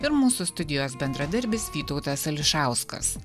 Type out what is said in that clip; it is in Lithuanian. ir mūsų studijos bendradarbis vytautas ališauskas